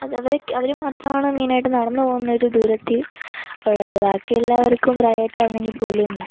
അതവര് അവര് മാത്രമാണ് മെയ്നായിട്ടും നടന്ന് പോകുന്നൊരു ദൂരത്ത് ഉള്ളത് ബാക്കിയെല്ലാവർക്കും പ്രൈവറ്റാണെങ്കില് പോലും